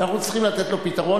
שאנחנו צריכים לתת לו פתרון,